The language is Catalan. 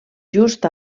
just